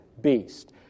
beast